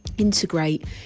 integrate